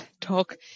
talk